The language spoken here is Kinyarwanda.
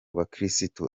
bakirisitu